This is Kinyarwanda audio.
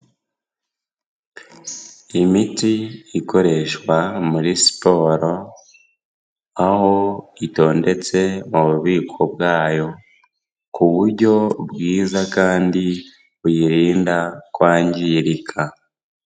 Imiti ikoreshwa muri siporo, aho itondetse mu bubiko bwayo ku buryo bwiza kandi buyirinda kwangirika.